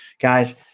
Guys